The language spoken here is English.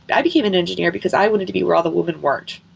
i became an engineer because i wanted to be where all the woman worked,